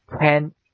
ten